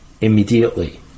immediately